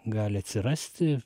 gali atsirasti